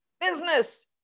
business